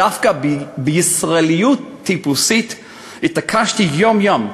דווקא בישראליות טיפוסית התעקשתי יום-יום,